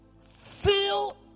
feel